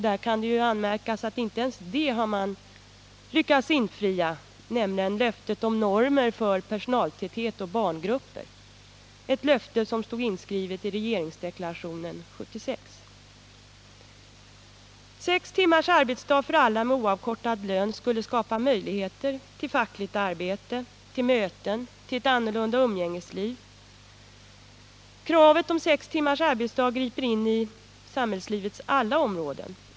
Det kan också anmärkas att man inte ens lyckats infria det löfte om normer för personaltäthet och barngrupper som stod inskrivet i regeringsdeklarationen 1976. Sex timmars arbetsdag för alla med oavkortad lön skulle skapa möjligheter till fackligt arbete, till möten och till ett annorlunda umgängesliv. Kravet på sex timmars arbetsdag griper in i alla samhällslivets områden.